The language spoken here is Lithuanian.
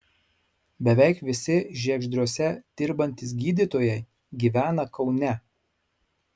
beveik visi žiegždriuose dirbantys gydytojai gyvena kaune